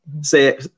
say